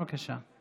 בבקשה.